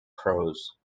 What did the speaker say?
prose